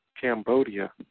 Cambodia